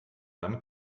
dann